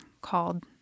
called